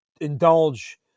indulge